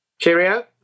Cheerio